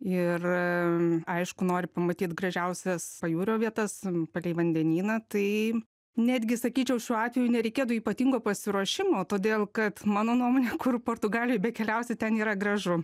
ir aišku nori pamatyt gražiausias pajūrio vietas palei vandenyną tai netgi sakyčiau šiuo atveju nereikėtų ypatingo pasiruošimo todėl kad mano nuomone kur portugalijoj bekeliausi ten yra gražu